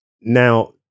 now